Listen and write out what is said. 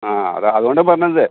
ആ അതാണ് അതുകൊണ്ടാണ് പറഞ്ഞത്